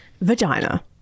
Vagina